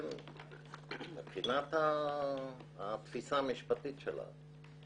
מבחינת התפיסה המשפטית שלה,